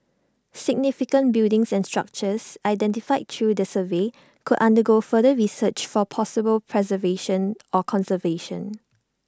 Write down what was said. significant buildings and structures identified through the survey could undergo further research for possible preservation or conservation